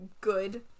good